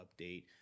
update